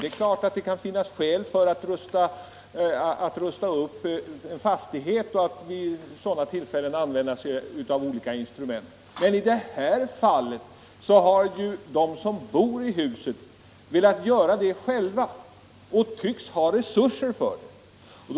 Det är klart att det kan finnas skäl för att rusta upp fastigheter och att vid sådana tillfällen använda olika instrument, men i det här fallet har ju de som bor i huset velat rusta upp det själva och tvcks ha resurser för det.